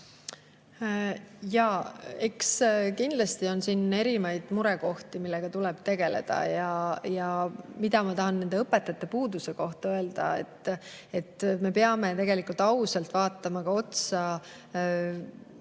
Jaa, kindlasti on siin erinevaid murekohti, millega tuleb tegeleda. Mida ma tahan õpetajate puuduse kohta öelda: me peame tegelikult ausalt vaatama otsa ka